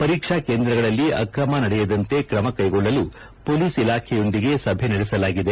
ಪರೀಕ್ಷಾ ಕೇಂದ್ರಗಳಲ್ಲ ಅಕ್ರಮ ನಡೆಯದಂತೆ ಕ್ರಮ ಕೈಗೊಳ್ಳಲು ಮೊಆೕಸ್ ಇಲಾಖೆಯೊಂದಿಗೆ ಸಭೆ ನಡೆಸಲಾಗಿದೆ